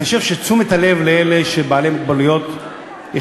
אני חושב שתשומת הלב לאלה שהם בעלי מוגבלויות היא